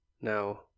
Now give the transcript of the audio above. Now